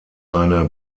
eine